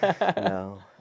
no